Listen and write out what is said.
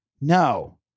No